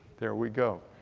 there we go.